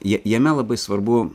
ja jame labai svarbu